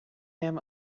him